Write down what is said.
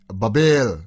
babel